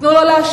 תנו לו להשיב.